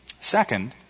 Second